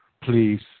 please